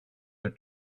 the